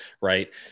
right